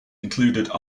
include